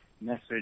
message